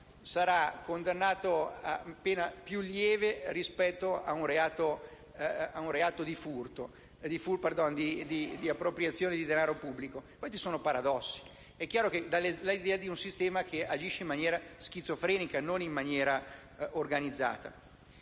sarà prevista una pena più lieve rispetto ad un reato di appropriazione di denaro pubblico. Questi sono paradossi. È chiaro che tutto questo da l'idea di un sistema che agisce in maniera schizofrenica, non in maniera organizzata.